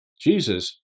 Jesus